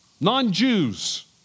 non-Jews